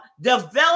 develop